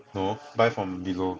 no buy from below